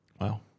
Wow